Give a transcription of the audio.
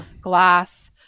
glass